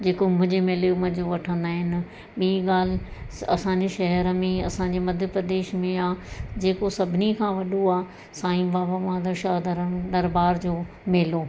जीअं कुंभ जे मेले जो मज़ो वठंदा आहिनि ॿीं ॻाल्हि असांजे शहर में असांजे मध्य प्रदेश में आहे जेको सभिनी खां वॾो आहे साईं बाबा माधव शाह धरम दरबार जो मेलो